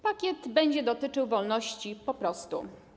Pakiet będzie dotyczył wolności po prostu.